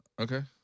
Okay